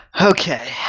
Okay